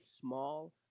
small